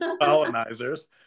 colonizers